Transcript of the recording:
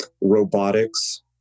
robotics